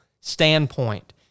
standpoint